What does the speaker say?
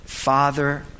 father